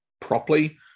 properly